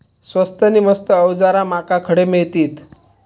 स्वस्त नी मस्त अवजारा माका खडे मिळतीत?